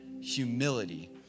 humility